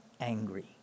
angry